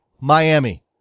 Miami